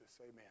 Amen